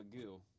Magoo